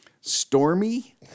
stormy